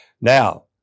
Now